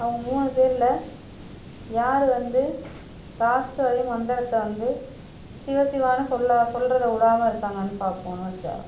அவங்க மூணு பேரில் யார் வந்து லாஸ்ட் வரையும் மந்தரத்தை வந்து சிவ சிவான்னு சொல்லா சொல்றதை விடாம இருக்காங்கன்னு பார்ப்போம் வச்சாராம்